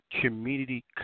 community